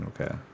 Okay